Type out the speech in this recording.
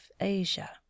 ASIA